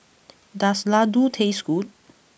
does Ladoo taste good